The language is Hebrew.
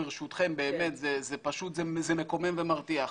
ברשותכם באמת, זה פשוט מקומם ומרתיח.